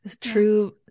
True